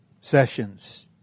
sessions